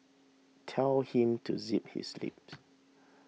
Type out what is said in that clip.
tell him to zip his lips